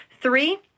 Three